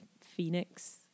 Phoenix